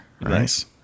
Nice